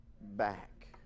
back